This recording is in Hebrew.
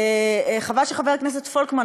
חבל שחבר הכנסת פולקמן,